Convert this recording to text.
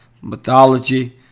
mythology